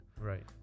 right